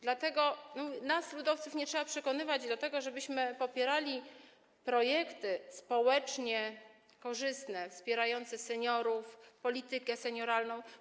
Dlatego nas, ludowców, nie trzeba przekonywać do tego, żebyśmy popierali projekty społecznie korzystne, wspierające seniorów, politykę senioralną.